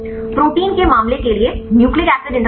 protein के मामले के लिए न्यूक्लिक एसिड इंटरैक्शन